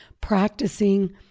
practicing